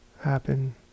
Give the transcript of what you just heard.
happen